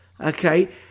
okay